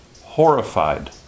Horrified